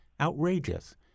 Outrageous